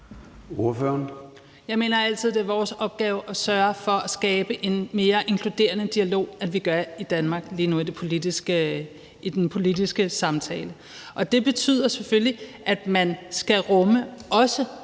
Jeg mener altid, det er vores opgave at sørge for at skabe en mere inkluderende dialog end den, vi lige nu har i den politiske samtale i Danmark. Det betyder selvfølgelig, at man også skal rumme